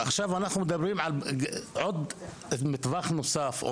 עכשיו אנחנו מדברים על עוד נדבך נוסף,